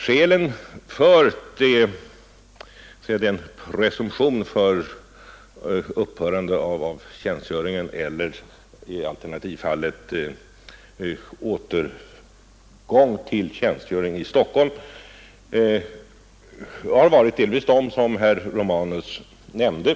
Skälen för att tjänstgöringen antingen upphör eller alternativt förlägges i Stockholm har delvis varit de som herr Romanus nämnde.